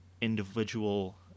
individual